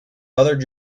other